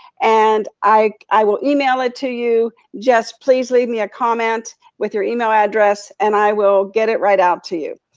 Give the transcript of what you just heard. and i i will email it to you. just please leave me a comment with your email address, and i will get it right out to you.